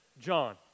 John